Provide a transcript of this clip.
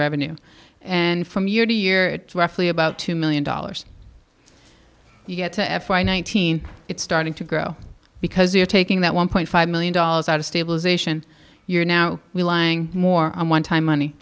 revenue and from year to year roughly about two million dollars you get to f y nineteen it's starting to grow because you're taking that one point five million dollars out of stabilisation you're now relying more on one time money